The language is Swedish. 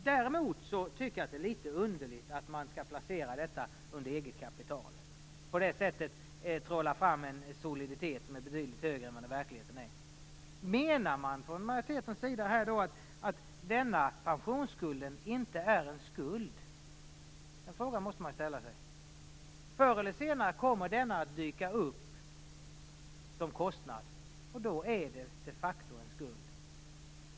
Däremot tycker jag att det är litet underligt att man skall placera denna skuld under eget kapital. På det sättet trollar man fram en soliditet som är betydligt bättre än vad den i verkligheten är. Menar man från majoritetens sida att denna pensionsskuld inte är en skuld? Den frågan måste ställas. Förr eller senare kommer den att dyka upp som kostnad. Då är det de facto en skuld.